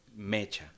Mecha